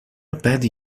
بدی